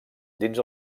dins